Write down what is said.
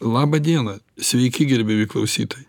labą dieną sveiki gerbiami klausytojai